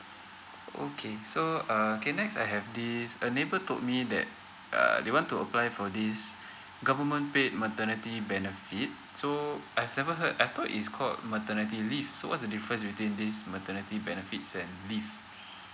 okay so uh okay next I have this a neighbour told me that uh they want to apply for this government paid maternity benefit so I've never heard I thought it's called maternity leave so what's the difference between these maternity benefits and leave